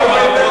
ידבר.